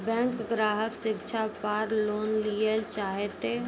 Bank ग्राहक शिक्षा पार लोन लियेल चाहे ते?